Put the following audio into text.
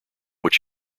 what